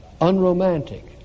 unromantic